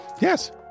Yes